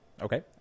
Okay